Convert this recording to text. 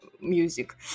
music